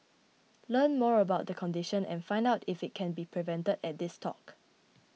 learn more about the condition and find out if it can be prevented at this talk